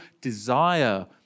desire